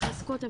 יחזקו אותם.